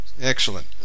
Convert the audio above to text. Excellent